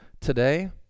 today